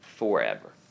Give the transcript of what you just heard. Forever